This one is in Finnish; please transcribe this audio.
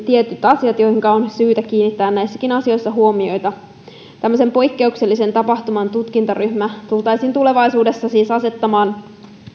tietyt asiat joihinka on syytä kiinnittää näissäkin asioissa huomiota tämmöisen poikkeuksellisen tapahtuman tutkintaryhmä tultaisiin tulevaisuudessa siis asettamaan